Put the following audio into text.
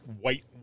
white